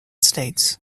states